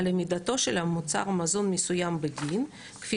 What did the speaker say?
על עמידתו של מוצר מזון מסוים בדין כפי